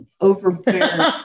overbearing